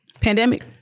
Pandemic